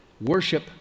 worship